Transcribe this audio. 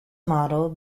model